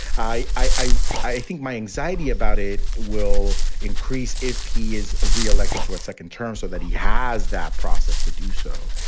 i, i i think my anxiety about it will increase if he is re-elected to a second term so that he has that. process to do so.